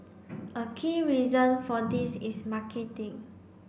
a key reason for this is marketing